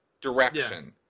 direction